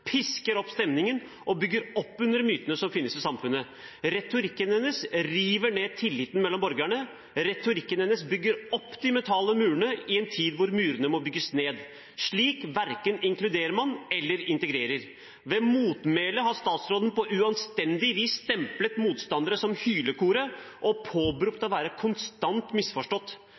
pisker opp stemningen og bygger opp under mytene som finnes i samfunnet. Retorikken hennes river ned tilliten mellom borgerne. Retorikken hennes bygger opp de mentale murene i en tid da murene må bygges ned. Slik verken inkluderer eller integrerer man. Ved å ta til motmæle har statsråden på uanstendig vis stemplet motstandere som hylekor og påberopt seg å være konstant misforstått.